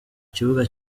kibuga